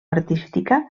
artística